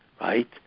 right